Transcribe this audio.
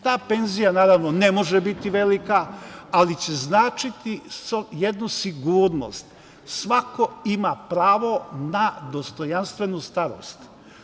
Ta penzija, naravno ne može biti velika, ali će značiti jednu sigurnost, svako ima pravo na dostojanstvenu starost.